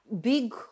big